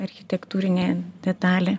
architektūrinė detalė